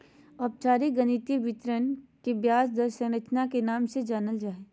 औपचारिक गणितीय विवरण के ब्याज दर संरचना के नाम से जानल जा हय